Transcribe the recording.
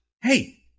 Hey